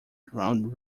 ground